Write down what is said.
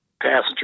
passenger